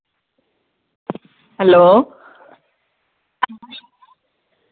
hello